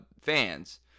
fans